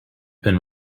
been